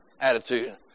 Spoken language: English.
attitude